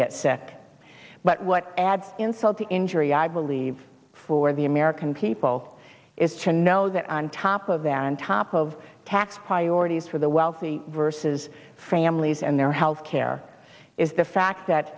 get set but what adds insult to injury i believe for the american people is to know that on top of that on top of tax priorities for the wealthy versus families and their health care is the fact that